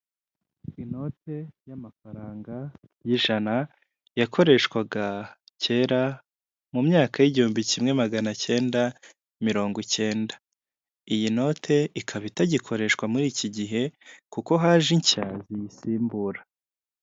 Inote y'amafaranga y'ijana, yakoreshwaga kera mu myaka y'igihumbi kimwe magana cyenda mirongo icyenda, iyi note ikaba itagikoreshwa muri iki gihe kuko haje inshya ziyisimbura.